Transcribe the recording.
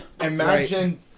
Imagine